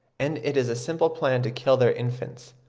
and it is a simple plan to kill their infants.